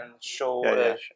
show